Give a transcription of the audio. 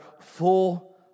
full